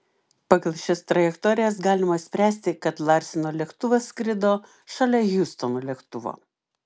pagal šias trajektorijas galima spręsti kad larseno lėktuvas skrido šalia hiustono lėktuvo